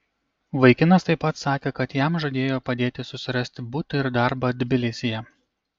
vaikinas taip pat sakė kad jam žadėjo padėti susirasti butą ir darbą tbilisyje